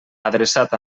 adreçat